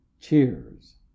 cheers